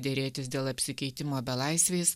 derėtis dėl apsikeitimo belaisviais